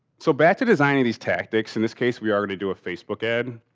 so, back to design of these tactics in this case we are going to do a facebook ad.